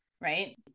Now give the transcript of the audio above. right